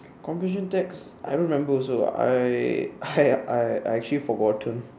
comprehension text I don't remember also I I I actually forgotten